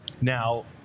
Now